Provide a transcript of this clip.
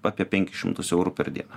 apie penkis šimtus eurų per dieną